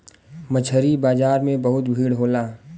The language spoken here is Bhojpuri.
मछरी बाजार में बहुत भीड़ होला